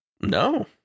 No